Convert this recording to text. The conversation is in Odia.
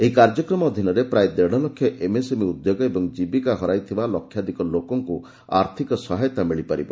ଏହି କାର୍ଯ୍ୟକ୍ରମ ଅଧୀନରେ ପ୍ରାୟ ଦେଢ଼ଲକ୍ଷ ଏମ୍ଏସ୍ଏମ୍ଇ ଉଦ୍ୟୋଗ ଏବଂ ଜିବିକା ହରାଇଥିବା ଲକ୍ଷାଧିକ ଲୋକଙ୍କୁ ଆର୍ଥିକ ସହାୟତା ମିଳିପାରିବ